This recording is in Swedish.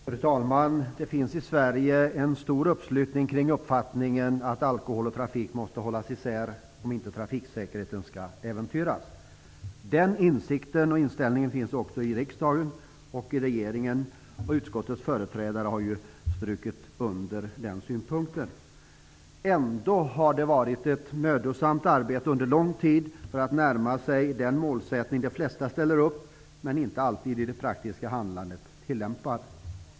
Fru talman! Det finns i Sverige en stor uppslutning kring uppfattningen att alkohol och trafik måste hållas isär om inte trafiksäkerheten skall äventyras. Den insikten och inställningen finns också i riksdagen och i regeringen, och utskottets företrädare har ju strukit under den synpunkten. Det har trots det inneburit ett mödosamt arbete under lång tid att närma sig den målsättning som de flesta ställer upp på men inte alltid i det praktiska handlandet tillämpar.